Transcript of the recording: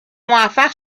موفق